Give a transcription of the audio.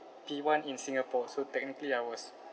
P one in singapore so technically I was